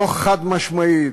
לא חד-משמעית.